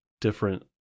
different